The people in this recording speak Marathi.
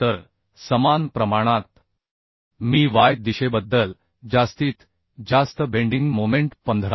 तर समान प्रमाणात मी y y दिशेबद्दल जास्तीत जास्त बेंडिंग मोमेंट 15